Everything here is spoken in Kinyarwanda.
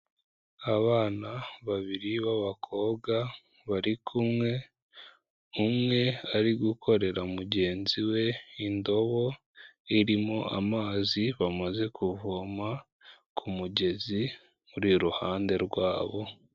Abana babiri b'abakobwa bari kumwe, umwe ari gukorera mugenzi we indobo irimo amazi bamaze kuvoma ku mugezi uri iruhande rwabo.